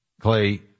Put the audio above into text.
Clay